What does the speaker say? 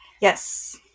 Yes